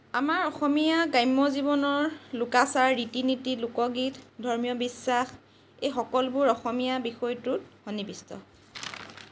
আমাৰ অসমীয়া গ্ৰাম্য জীৱনৰ লোকাচাৰ ৰীতি নীতি লোকগীত ধৰ্মীয় বিশ্বাস এই সকলোবোৰ অসমীয়া বিষয়টোত সন্নিবিষ্ট